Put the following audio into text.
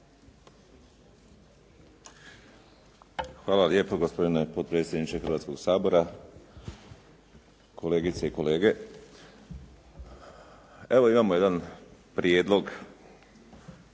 Hvala lijepo gospodine potpredsjedniče Hrvatskog sabora, kolegice i kolege. Evo, imamo jedan Prijedlog